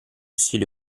stile